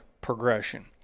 progression